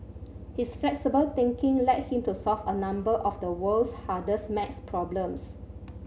his flexible thinking led him to solve a number of the world's hardest maths problems